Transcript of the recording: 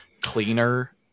cleaner